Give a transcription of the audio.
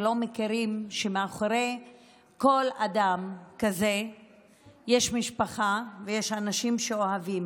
ולא מכירים שמאחורי כל אדם כזה יש משפחה ויש אנשים שאוהבים.